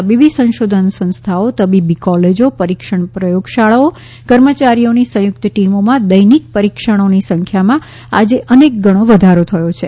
તબીબી સંશોધન સંસ્થાઓ તબીબી કોલેજો પરીક્ષણ પ્રયોગશાળાઓ કર્મચારીઓની સંયુક્ત ટીમોમાં દૈનિક પરીક્ષણોની સંખ્યામાં આજે અનેક ગણો વધારો થયો છે